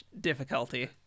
difficulty